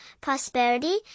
prosperity